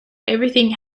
everything